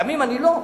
תמים אני לא.